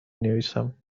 نویسم